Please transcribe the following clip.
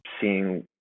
seeing